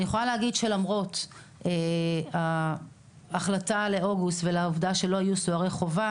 אני יכולה להגיד שלמרות העובדה שלא יהיו סוהרי חובה